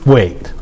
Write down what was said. Wait